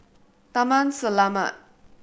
Taman Selamat